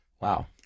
Wow